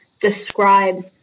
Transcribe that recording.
describes